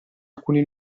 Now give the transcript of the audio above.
alcuni